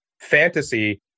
Fantasy